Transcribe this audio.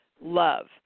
love